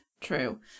True